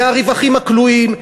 מהרווחים הכלואים,